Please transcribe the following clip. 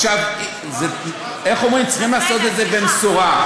עכשיו, איך אומרים, צריכים לעשות את זה במשורה.